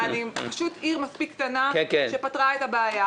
ירוחם היא פשוט עיר מספיק קטנה שפתרה את הבעיה.